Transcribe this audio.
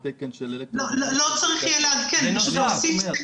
לא צריך יהיה לעדכן, פשוט להוסיף.